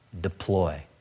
deploy